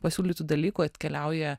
pasiūlytų dalykų atkeliauja